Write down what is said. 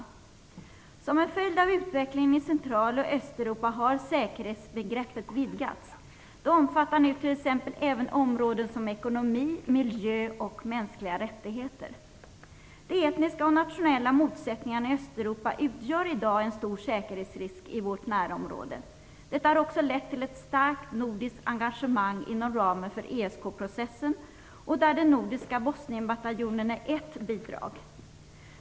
Som en följd av utvecklingen i Central och Östeuropa har säkerhetsbegreppet vidgats. Det omfattar nu t.ex. även områden som ekonomi, miljö och mänskliga rättigheter. Östeuropa utgör i dag en stor säkerhetsrisk i vårt närområde. Detta har också lett till ett starkt nordiskt engagemang inom ramen för ESK-processen och där den nordiska Bosnienbataljonen är ett bidrag.